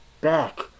back